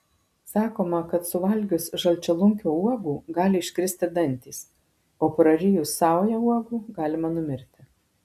sakoma kad suvalgius žalčialunkio uogų gali iškristi dantys o prarijus saują uogų galima mirti